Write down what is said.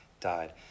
died